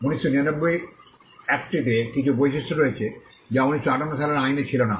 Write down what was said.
1999 একটটিতে কিছু বৈশিষ্ট্য রয়েছে যা 1958 সালের আইনে ছিল না